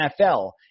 NFL